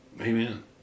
Amen